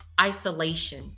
isolation